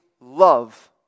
love